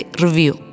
review